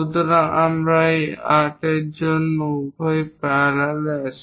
সুতরাং আমরা এই 8 অংশের জন্য উভয় প্যারালাল আছে